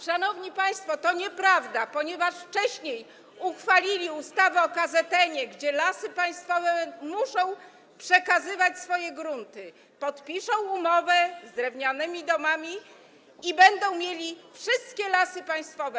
Szanowni państwo, to nieprawda, ponieważ wcześniej uchwalili ustawę o KZN-ie, gdzie Lasy Państwowe muszą przekazywać swoje grunty, podpiszą umowę z drewnianymi domami i będą mieli wszystkie Lasy Państwowe.